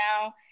now